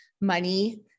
money